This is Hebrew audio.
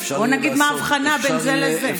בואו נגיד מה ההבחנה בין זה לזה.